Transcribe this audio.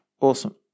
Awesome